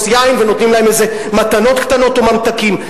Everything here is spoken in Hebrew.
יין ונותנים להם איזה מתנות קטנות או ממתקים,